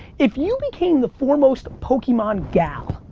if you became the foremost pokemon gal.